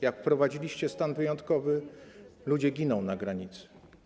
Jak wprowadziliście stan wyjątkowy, ludzie giną na granicy.